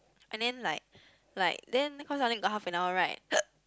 and then like like then cause I only got half an hour right